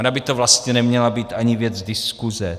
Ona by to vlastně neměla být ani věc diskuze.